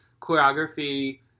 choreography